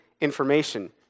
information